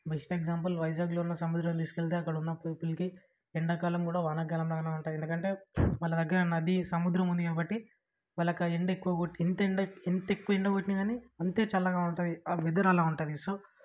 best example వైజాగ్లో ఉన్న సముద్రం తీసుకెళ్తే అక్కడున్న పీపుల్కి ఎండాకాలం కూడా వానాకాలంలాగే ఉంటది ఎందుకంటే వాళ్ళదగ్గర నది సముద్రం ఉంది కాబట్టి వాళ్ళకి ఎండ కొట్టినా ఎంత ఎక్కువ ఎండ కొట్టినా అంతే చల్లగా ఉంటది ఆ వెదర్ అలా ఉంటుంది సో